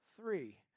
Three